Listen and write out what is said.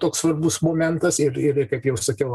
toks svarbus momentas ir ir ir kaip jau sakiau